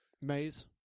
Maze